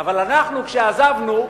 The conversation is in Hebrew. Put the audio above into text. אבל אנחנו, כשעזבנו,